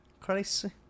Crazy